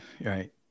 Right